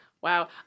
Wow